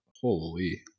holy